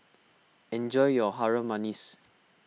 enjoy your Harum Manis